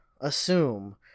assume